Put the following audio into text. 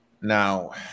Now